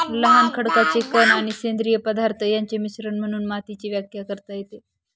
लहान खडकाचे कण आणि सेंद्रिय पदार्थ यांचे मिश्रण म्हणून मातीची व्याख्या करता येते